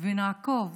ונעקוב